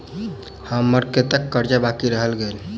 हम्मर कत्तेक कर्जा बाकी रहल गेलइ?